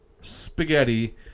spaghetti